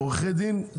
עורכי דין,